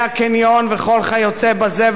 מהקניון וכל היוצא בזה.